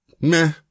meh